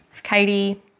Katie